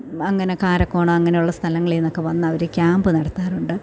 അങ്ങനെ കാരക്കോണം അങ്ങനെയുള്ള സ്ഥലങ്ങളിൽ നിന്നൊക്കെ വന്ന് അവർ ക്യാമ്പ് നടത്താറുണ്ട്